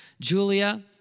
Julia